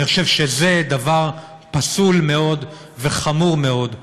אני חושב שזה דבר פסול מאוד וחמור מאוד,